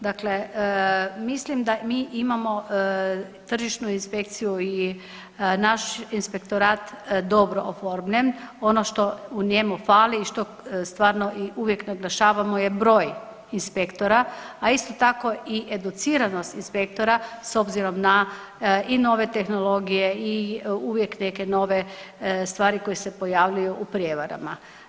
Dakle, mislim da mi imamo tržišnu inspekciju i naš inspektorat dobro oformljen, ono što u njemu fali i što stvarno i uvijek naglašavamo je broj inspektora, a isto tako i educiranost inspektora s obzirom na i nove tehnologije i uvijek neke nove stvari koje se pojavljuju u prijevarama.